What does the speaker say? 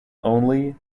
only